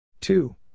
Two